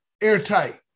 airtight